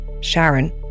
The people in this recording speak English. Sharon